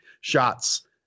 shots